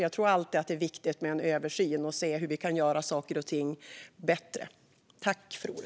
Det är alltid viktigt att göra översyn och se hur vi kan göra saker och ting bättre.